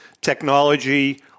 technology